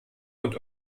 und